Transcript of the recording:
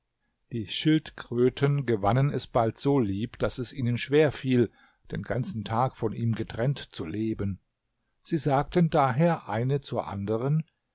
die schildkröten gewannen es bald so lieb daß es ihnen schwerfiel den ganzen tag von ihm getrennt zu leben sie sagten daher eine zur anderen